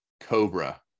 Cobra